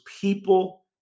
people